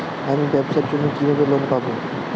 আমি ব্যবসার জন্য কিভাবে লোন পাব?